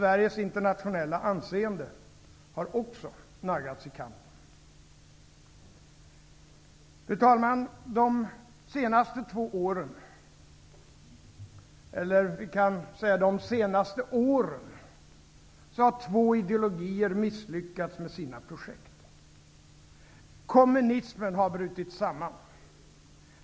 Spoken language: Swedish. Sveriges internationella anseende har också naggats i kanten. Fru talman! De senaste åren har två ideologier misslyckats med sina projekt. Kommunismen har brutit samman.